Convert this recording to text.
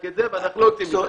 ואנחנו לא יוצאים מזה.